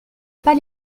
pas